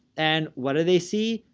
and what do they see?